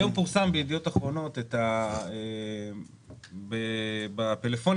היום פורסם ב"ידיעות אחרונות" לגבי הפלאפונים